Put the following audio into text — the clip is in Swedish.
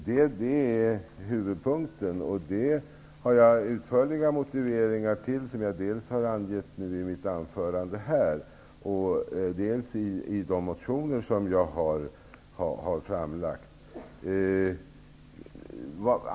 Det är huvudpunkten, och det har jag utförliga motiveringar till som jag dels har angett i mitt anförande här, dels i de motioner som jag har väckt.